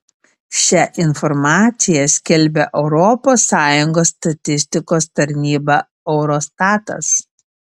šią informaciją skelbia europos sąjungos statistikos tarnyba eurostatas